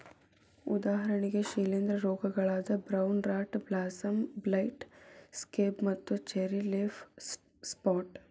ಉದಾಹರಣೆಗೆ ಶಿಲೇಂಧ್ರ ರೋಗಗಳಾದ brown rot blossom blight, scab ಮತ್ತು ಚೆರ್ರಿ ಲೇಫ್ ಸ್ಪಾಟ್